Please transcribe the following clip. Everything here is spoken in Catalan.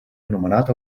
anomenat